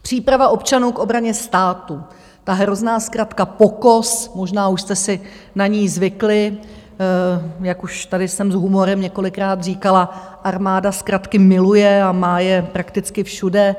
Příprava občanů k obraně státu ta hrozná zkratka POKOS, možná už jste si na ni zvykli, jak už tady jsem s humorem několikrát říkala, armáda zkratky miluje a má je prakticky všude.